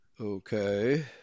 Okay